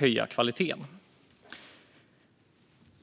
höja kvaliteten.